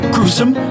Gruesome